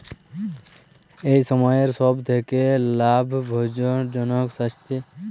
এই সময়ের সব থেকে লাভজনক স্বাস্থ্য বীমা কোনটি হবে সেই সিদ্ধান্ত কীভাবে নেব?